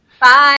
Bye